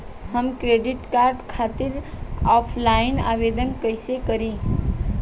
हम credit card खातिर offline आवेदन कइसे करि?